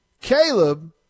Caleb